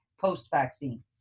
post-vaccine